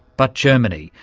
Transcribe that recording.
but germany.